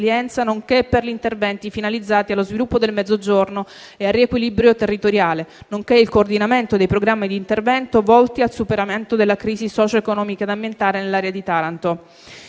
nonché per gli interventi finalizzati allo sviluppo del Mezzogiorno e al riequilibrio territoriale, nonché il coordinamento dei programmi di intervento volti al superamento della crisi socio-economica ed ambientale nell'area di Taranto.